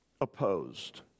opposed